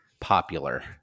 popular